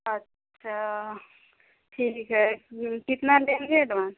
अच्छा ठीक है कितना लेंगे दो